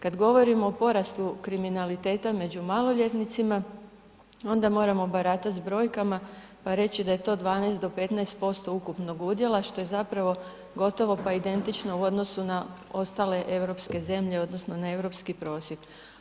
Kad govorimo o porastu kriminaliteta među maloljetnicima, onda moramo baratat s brojkama pa reći da je to 12 do 15% ukupnog udjela što je zapravo gotovo pa identično u odnosu na ostale europske zemlje odnosno na europski prosjek.